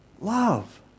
love